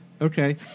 Okay